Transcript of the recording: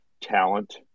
talent